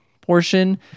portion